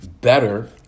better